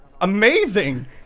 Amazing